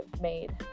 made